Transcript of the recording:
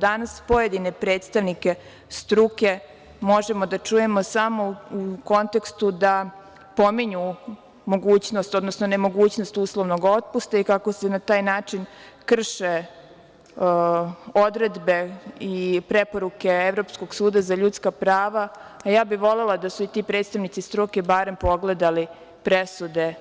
Danas pojedine predstavnike struke možemo da čujemo samo u kontekstu da pominju mogućnost, odnosno nemogućnost uslovnog otpusta i kako se na taj način krše odredbe i preporuke Evropskog suda za ljudska prava, a ja bi volela da su i ti predstavnici struke barem pogledali presude